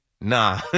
Nah